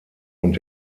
und